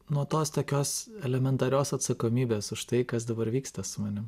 nuo tos tokios elementarios atsakomybės už tai kas dabar vyksta su manim